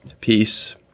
peace